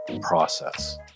process